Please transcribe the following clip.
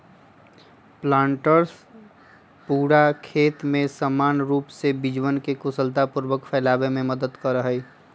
planters पूरा खेत में समान रूप से बीजवन के कुशलतापूर्वक फैलावे में मदद करा हई